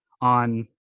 on –